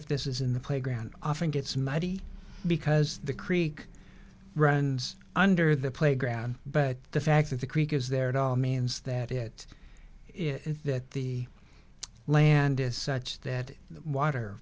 if this is in the playground often gets muddy because the creek runs under the playground but the fact that the creek is there at all means that it is that the land is such that the water